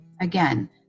Again